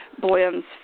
blends